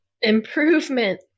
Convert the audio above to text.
improvement